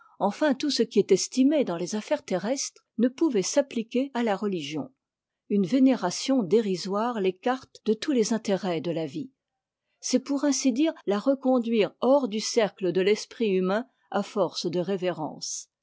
enfin tout ce qui est estimé dans les affaires terrestres ne pouvait s'appliquer à la religion une vénération dérisoire l'écarte de tous les intérêts de la vie c'est pour ainsi dire la reconduire hors du cercle de l'esprit humain à force de révérences